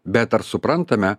bet ar suprantame